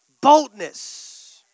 boldness